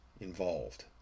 involved